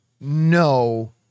no